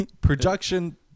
Production